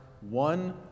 one